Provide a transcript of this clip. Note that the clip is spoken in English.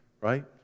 right